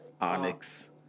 Onyx